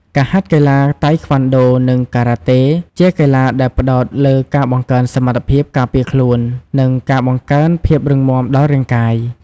ការហាត់កីឡាតៃខ្វាន់ដូ និងការ៉ាតេ ជាកីឡាដែលផ្តោតលើការបង្កើនសមត្ថភាពការពារខ្លួន និងការបង្កើនភាពរឹងមាំដល់រាងកាយ។